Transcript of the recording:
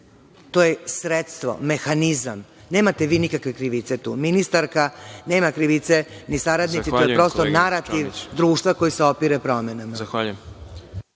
To je sredstvo, mehanizam. Nemate vi nikakve krivice tu, ministarka, nema krivice ni saradnici. To je prosto narativ društva koji se opire promenama.